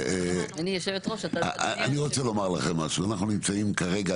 אנחנו נמצאים כרגע,